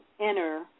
enter